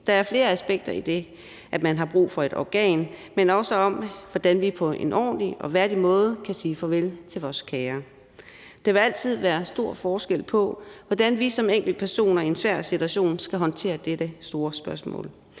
Der er flere aspekter i det, altså at man har brug for et organ, men også om, hvordan vi på en ordentlig og værdig måde kan sige farvel til vores kære. Der vil altid være stor forskel på, hvordan vi som enkeltpersoner i en svær situation skal håndtere dette store spørgsmål,